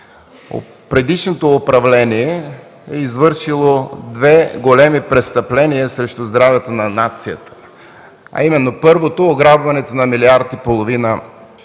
предишното управление е извършило две големи престъпления срещу здравето на нацията. Първо, ограбването на милиард и половина